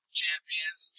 champions